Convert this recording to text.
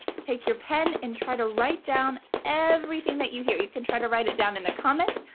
take your pen, and try to write down everything that you hear. you can try to write it down in the comments.